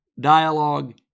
dialogue